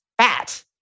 fat